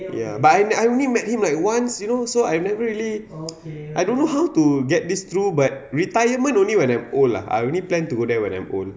ya but I I only met him like once you know so I never really I don't know how to get this through but retirement only when I'm old lah I only plan to go there when I'm old